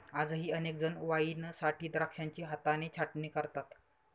आजही अनेक जण वाईनसाठी द्राक्षांची हाताने छाटणी करतात